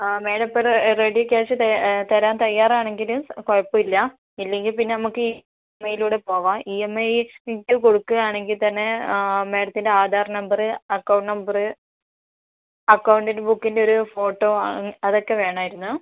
ആ മേഡം ഇപ്പോൾ ഒരു റെഡി ക്യാഷ് തെ തരാൻ തയ്യാറാണെങ്കിൽ കുഴപ്പമില്ല ഇല്ലെങ്കിൽ പിന്നെ നമുക്ക് ഇ എം ഐയിലൂടെ പോകാം ഇ എം ഐ സ്നിറ്റ് കൊടുക്കുവാണെങ്കിൽ തന്നെ മേഡത്തിൻ്റെ ആധാർ നമ്പർ അക്കൗണ്ട് നമ്പർ അക്കൗണ്ടിന്റെ ബുക്കിൻ്റെയൊരു ഫോട്ടോ അതൊക്കെ വേണമായിരുന്നു